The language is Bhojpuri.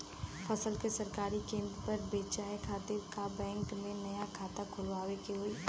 फसल के सरकारी केंद्र पर बेचय खातिर का बैंक में नया खाता खोलवावे के होई?